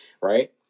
right